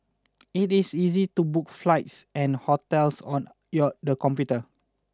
it is easy to book flights and hotels on the computer